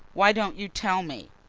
why don't you tell me?